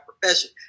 profession